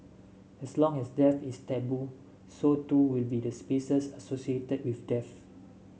as long as death is taboo so too will be the spaces associated with death